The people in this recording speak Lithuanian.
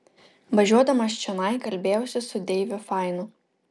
važiuodamas čionai kalbėjausi su deiviu fainu